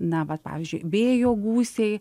na vat pavyzdžiui vėjo gūsiai